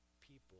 people